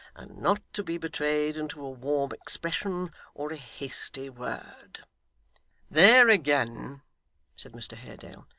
and not to be betrayed into a warm expression or a hasty word there again said mr haredale,